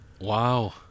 wow